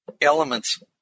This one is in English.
elements